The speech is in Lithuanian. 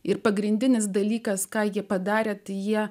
ir pagrindinis dalykas ką jie padarė tai jie